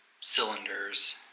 cylinders